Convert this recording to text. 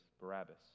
Barabbas